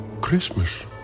Christmas